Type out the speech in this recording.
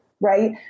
right